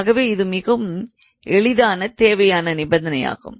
ஆகவே இது மிகவும் எளிதான தேவையான நிபந்தனை ஆகும்